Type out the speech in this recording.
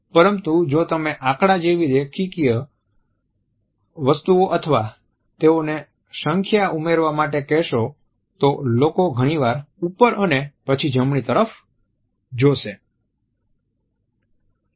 પરંતુ જો તમે આંકડા જેવી રેખીય વસ્તુઓ અથવા તેઓને સંખ્યા ઉમેરવા માટે કહેશો તો લોકો ઘણીવાર ઉપર અને પછી જમણી તરફ જોશે